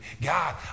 God